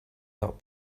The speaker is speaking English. not